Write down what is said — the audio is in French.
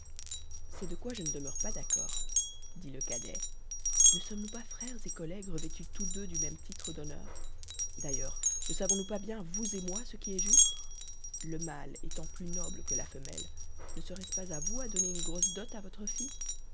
c'est de quoi je ne demeure pas d'accord dit le cadet ne sommes-nous pas frères et collègues revêtus tous deux du même titre d'honneur d'ailleurs ne savons-nous pas bien vous et moi ce qui est juste le mâle étant plus noble que la femelle ne serait-ce pas à vous à donner une grosse dot à votre fille